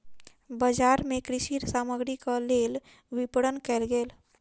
बजार मे कृषि सामग्रीक लेल विपरण कयल गेल